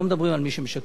לא מדברים על מי שמשקר,